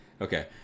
Okay